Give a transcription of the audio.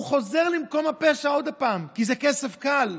הוא חוזר למקום הפשע שוב, כי זה כסף קל.